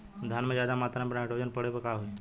धान में ज्यादा मात्रा पर नाइट्रोजन पड़े पर का होई?